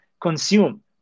consume